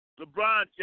LeBron